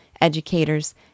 Educators